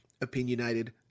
opinionated